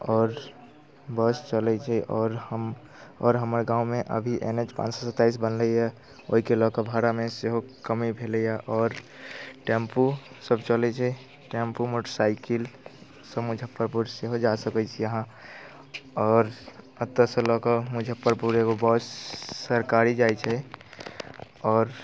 आओर बस चलैत छै आओर हम आओर हमर गाममे अभी एन एच पाँच सए सत्ताइस बनलैए ओहिके लऽ कऽ भाड़ामे सेहो कमी भेलैए आओर टेम्पूसभ चलैत छै टेम्पू मोटरसाइकिलसँ मुजफ्फरपुर सेहो जा सकै छी अहाँ आओर एतयसँ लऽ कऽ मुजफ्फरपुर एगो बस सरकारी जाइत छै आओर